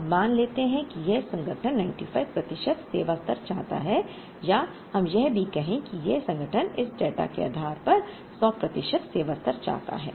अब मान लेते हैं कि यह संगठन 95 प्रतिशत सेवा स्तर चाहता है या हम यह भी कहें कि यह संगठन इस डेटा के आधार पर 100 प्रतिशत सेवा स्तर चाहता है